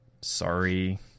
sorry